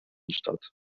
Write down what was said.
statt